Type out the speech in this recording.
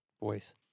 voice